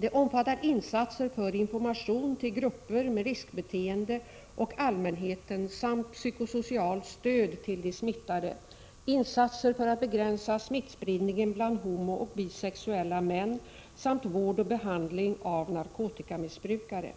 Det omfattar insatser för information till grupper med riskbeteende och allmänheten samt psykosocialt stöd till de smittade, insatser för att begränsa smittspridningen bland homooch bisexuella män samt vård och behandling av narkotikamissbrukare.